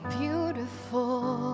beautiful